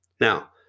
Now